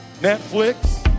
Netflix